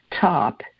top